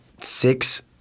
six